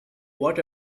what